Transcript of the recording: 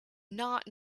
not